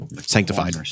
sanctified